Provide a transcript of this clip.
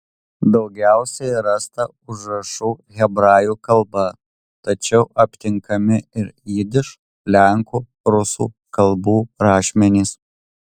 daugiausiai rasta užrašų hebrajų kalba tačiau aptinkami ir jidiš lenkų rusų kalbų rašmenys